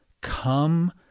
come